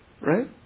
Right